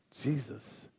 Jesus